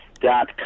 dot